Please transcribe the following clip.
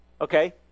okay